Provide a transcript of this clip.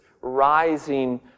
rising